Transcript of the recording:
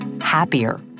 happier